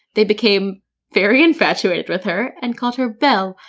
they became very infatuated with her, and called her belle,